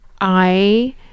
I-